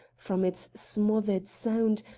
from its smothered sound,